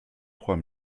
trois